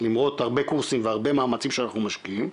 למרות הרבה קורסים והרבה מאמצים שאנחנו משקיעים,